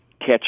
catch